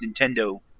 Nintendo